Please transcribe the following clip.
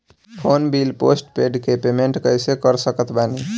Phone bill postpaid के payment कैसे कर सकत बानी?